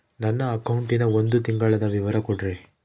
ನನ್ನ ಅಕೌಂಟಿನ ಒಂದು ತಿಂಗಳದ ವಿವರ ಕೊಡ್ರಿ?